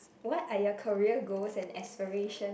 what are your career goals and aspiration